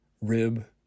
Rib